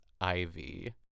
Ivy